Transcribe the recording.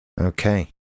Okay